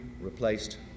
replaced